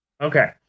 Okay